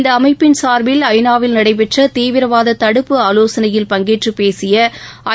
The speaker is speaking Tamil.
இந்த அமைப்பிள் சார்பில் ஐநாவில் நடைபெற்ற தீவிரவாத தடுப்பு ஆலோசனையில் பங்கேற்றப் பேசிய ஐ